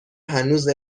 هنوز